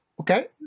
Okay